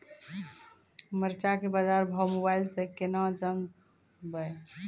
मरचा के बाजार भाव मोबाइल से कैनाज जान ब?